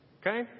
Okay